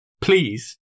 Please